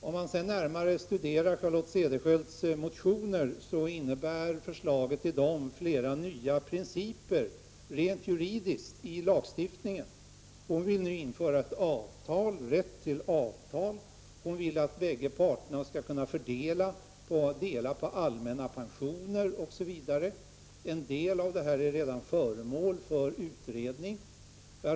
Om man närmare studerar Charlotte Cederschiölds motioner, finner man att förslagen i dessa innebär flera nya principer rent juridiskt i lagstiftningen. Hon vill införa rätt till avtal. Hon vill att bägge parterna skall kunna dela på allmänna pensioner osv. En del av dessa frågor är redan föremål för utredning.